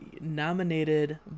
Nominated